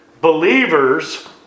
believers